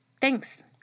Thanks